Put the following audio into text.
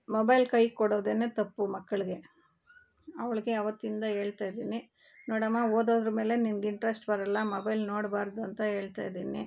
mobile ಕೈ ಕೊಡೋದೇನೆ ತಪ್ಪು ಮಕ್ಕಳಿಗೆ ಅವಳಿಗೆ ಅವತ್ತಿಂದ ಹೇಳ್ತಾ ಇದೀನಿ ನೋಡಮ್ಮ ಓದೋದ್ರ ಮೇಲೆ ನಿಂಗೆ ಇಂಟ್ರೆಸ್ಟ್ ಬರಲ್ಲ ಮೊಬೈಲ್ ನೋಡಬಾರ್ದು ಅಂತ ಹೇಳ್ತಾ ಇದೀನಿ